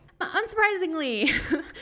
Unsurprisingly